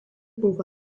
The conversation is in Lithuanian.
buvo